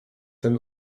ten